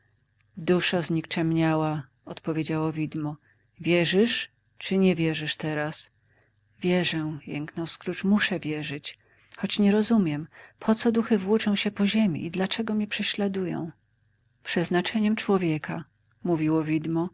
dręczyć duszo znikczemniała odpowiedziało widmo wierzysz czy nie wierzysz teraz wierzę jęknął scrooge muszę wierzyć choć nie rozumiem poco duchy włóczą się po ziemi i dlaczego mię prześladują przeznaczeniem człowieka mówiło